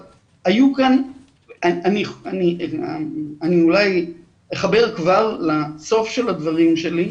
אני אולי אחבר כבר לסוף של הדברים שלי,